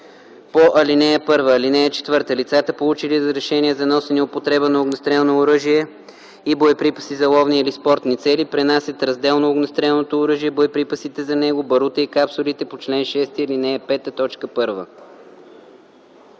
по ал. 1. (4) Лицата, получили разрешение за носене и употреба на огнестрелно оръжие и боеприпаси за ловни или спортни цели, пренасят разделно огнестрелното оръжие, боеприпасите за него, барута и капсулите по чл. 6, ал. 5,